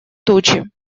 тучи